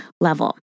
level